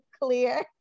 clear